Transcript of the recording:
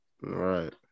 right